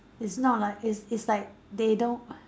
it's not like it's it's like they don't